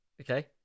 Okay